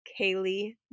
Kaylee